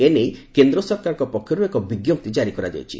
ଏ ନେଇ କେନ୍ଦ୍ର ସରକାରଙ୍କ ପକ୍ଷରୁ ଏକ ବିଞ୍ଜପ୍ତି କାରି କରାଯାଇଛି